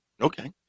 Okay